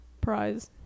prize